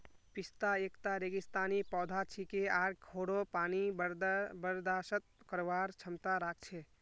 पिस्ता एकता रेगिस्तानी पौधा छिके आर खोरो पानी बर्दाश्त करवार क्षमता राख छे